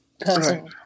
person